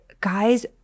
guys